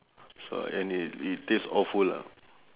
so I and it it taste awful ah